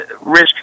Risk